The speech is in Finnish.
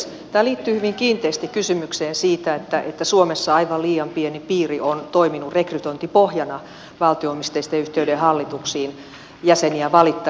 tämä liittyy hyvin kiinteästi kysymykseen siitä että suomessa aivan liian pieni piiri on toiminut rekrytointipohjana valtio omisteisten yhtiöiden hallituksiin jäseniä valittaessa